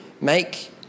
make